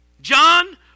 John